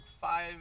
five